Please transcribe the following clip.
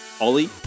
Ollie